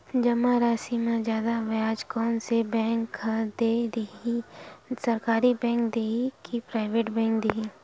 जमा राशि म जादा ब्याज कोन से बैंक ह दे ही, सरकारी बैंक दे हि कि प्राइवेट बैंक देहि?